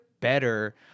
better